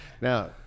now